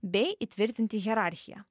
bei įtvirtinti hierarchiją